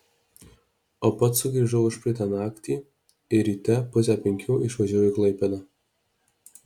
o pats sugrįžau užpraeitą naktį ir ryte pusę penkių išvažiavau į klaipėdą